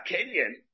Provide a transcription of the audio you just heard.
Kenyan